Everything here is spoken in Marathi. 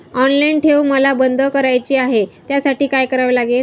ऑनलाईन ठेव मला बंद करायची आहे, त्यासाठी काय करावे लागेल?